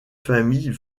familles